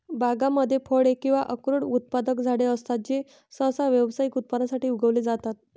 बागांमध्ये फळे किंवा अक्रोड उत्पादक झाडे असतात जे सहसा व्यावसायिक उत्पादनासाठी उगवले जातात